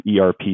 ERP